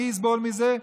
מי יסבול מזה?